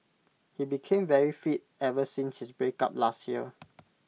he became very fit ever since his breakup last year